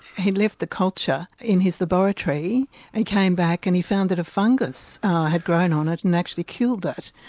he left the culture in his laboratory and came back and he found that a fungus had grown on it and actually killed it,